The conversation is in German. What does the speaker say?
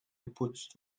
geputzt